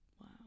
Wow